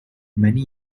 many